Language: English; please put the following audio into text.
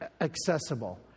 accessible